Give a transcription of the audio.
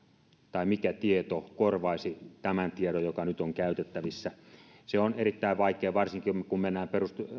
tai mikä tieto korvaisi tämän tiedon joka nyt on käytettävissä mittaaminen on erittäin vaikeaa varsinkin kun kun mennään